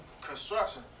construction